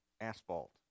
asphalt